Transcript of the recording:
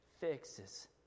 fixes